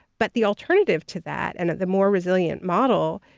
but the alternative to that, and the more resilient model,